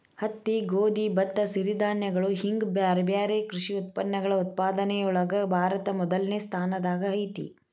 ಹತ್ತಿ, ಗೋಧಿ, ಭತ್ತ, ಸಿರಿಧಾನ್ಯಗಳು ಹಿಂಗ್ ಬ್ಯಾರ್ಬ್ಯಾರೇ ಕೃಷಿ ಉತ್ಪನ್ನಗಳ ಉತ್ಪಾದನೆಯೊಳಗ ಭಾರತ ಮೊದಲ್ನೇ ಸ್ಥಾನದಾಗ ಐತಿ